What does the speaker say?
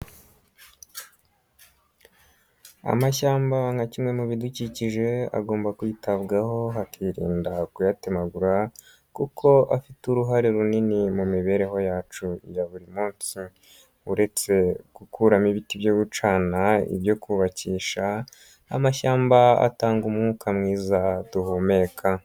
Amashyamba nka kimwe mu bidukikije agomba kwitabwaho hakirinda kuyatemagura kuko afite uruhare runini mu mibereho yacu ya buri munsi, uretse gukuramo ibiti byo gucana, ibyo kubakisha, amashyamba atanga umwuka mwiza duhumeka.